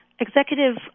executive